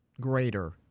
greater